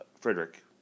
Frederick